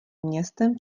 městem